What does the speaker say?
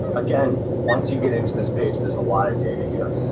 again once you get into this page, there's a lot of data here